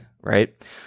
right